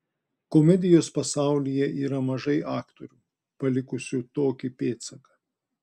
komedijos pasaulyje yra mažai aktorių palikusių tokį pėdsaką